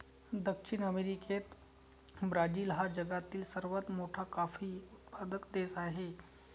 दक्षिण अमेरिकेत ब्राझील हा जगातील सर्वात मोठा कॉफी उत्पादक देश आहे